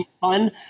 fun